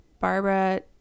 Barbara